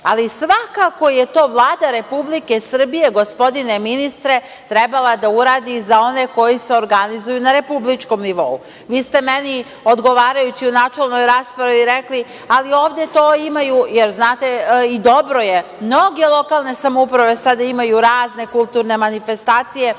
Ali, svakako je to Vlada Republike Srbije, gospodine ministre, trebala da uradi za one koji se organizuju na republičkom nivou. Vi ste meni, odgovarajući u načelnoj raspravi, rekli – ali, ovde to imaju. Znate, i dobro je. Mnoge lokalne samouprave sada imaju razne kulturne manifestacije